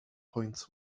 points